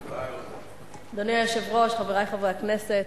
אדוני היושב-ראש, חברי חברי הכנסת,